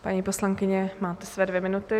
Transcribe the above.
Paní poslankyně, máte své dvě minuty.